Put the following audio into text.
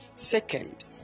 Second